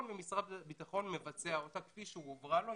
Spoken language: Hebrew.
ומשרד הביטחון מבצע אותה כפי שהיא הועברה לו,